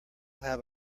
have